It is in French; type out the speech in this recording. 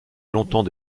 longtemps